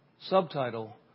Subtitle